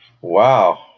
wow